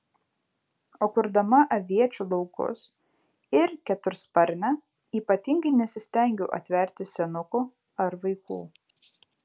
o kurdama aviečių laukus ir ketursparnę ypatingai nesistengiau atverti senukų ar vaikų